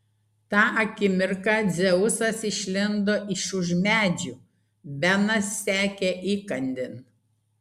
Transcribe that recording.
tą akimirką dzeusas išlindo iš už medžių benas sekė įkandin